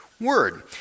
word